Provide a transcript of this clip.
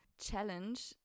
challenge